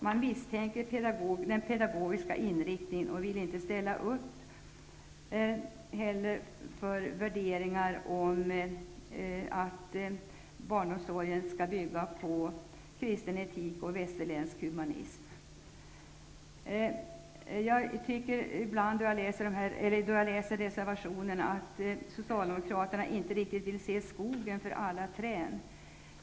Man misstänker den pedagogiska inriktningen och vill inte heller ställa upp bakom värderingarna att barnomsorgen skall bygga på kristen etik och västerländsk humanism. Då jag läser reservation 23 tycker jag att Socialdemokraterna inte riktigt vill se skogen för alla träd.